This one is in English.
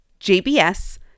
JBS